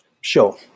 Sure